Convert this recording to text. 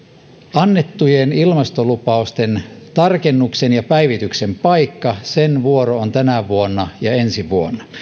annettujen ilmastolupausten tarkennuksen ja päivityksen paikka sen vuoro on tänä vuonna ja ensi vuonna